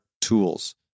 tools